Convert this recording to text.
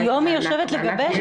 היום היא יושבת לגבש?